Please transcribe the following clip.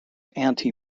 anti